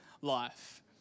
life